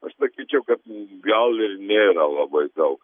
aš sakyčiau kad gal ir nėra labai daug